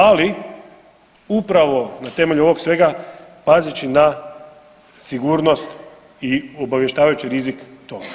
Ali upravo na temelju ovog svega pazeći na sigurnosti i obavještavajući rizik toga.